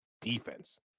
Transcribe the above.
defense